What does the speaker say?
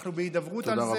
אנחנו בהידברות על זה.